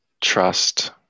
Trust